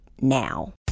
now